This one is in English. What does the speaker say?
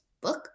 book